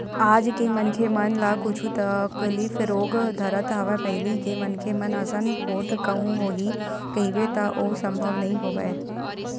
आज के मनखे मन ल कुछु तकलीफ रोग धरत हवय पहिली के मनखे मन असन पोठ कहूँ होही कहिबे त ओ संभव नई होवय